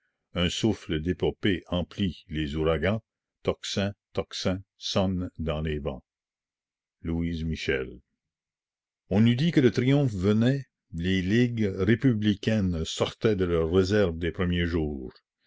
un souffle d'épopée emplit les ouragans tocsin tocsin sonne dans les vents l michel on eût dit que le triomphe venait les ligues républicaines sortaient de leur réserve des premiers jours